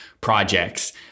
projects